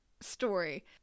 story